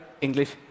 English